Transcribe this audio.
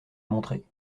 montrer